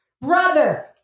brother